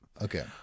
Okay